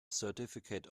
certificate